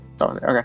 Okay